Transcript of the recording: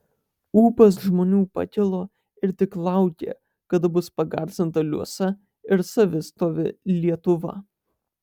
ūpas žmonių pakilo ir tik laukė kada bus pagarsinta liuosa ir savistovi lietuva